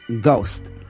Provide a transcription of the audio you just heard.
ghost